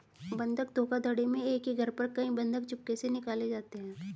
बंधक धोखाधड़ी में एक ही घर पर कई बंधक चुपके से निकाले जाते हैं